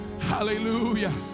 Hallelujah